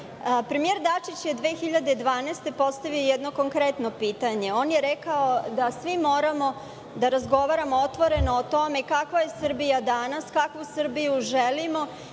krize. Premijer Dačić je 2012. godine postavio jedno konkretno pitanje. On je rekao da svi moramo da razgovaramo otvoreno o tome kakva je Srbija danas, kakvu Srbiju želimo